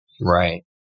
Right